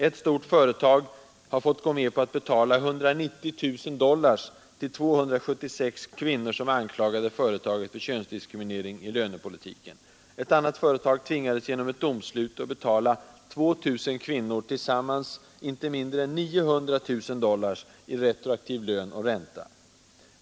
Ett stort företag har fått gå med på att betala 190 090 dollars till 276 kvinnor som anklagade företaget för könsdiskriminering i lönepolitiken. Ett annat företag tvingades genom ett domslut att betala 2 000 kvinnor tillsammans inte mindre än 900 000 dollars i retroaktiv lön och ränta.